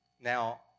Now